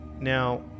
Now